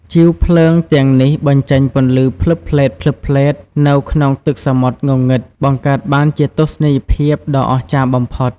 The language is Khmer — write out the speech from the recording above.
ជីវភ្លើងទាំងនេះបញ្ចេញពន្លឺភ្លឹបភ្លែតៗនៅក្នុងទឹកសមុទ្រងងឹត បង្កើតបានជាទស្សនីយភាពដ៏អស្ចារ្យបំផុត។